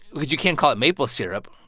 because you can't call it maple syrup